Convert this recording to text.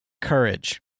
courage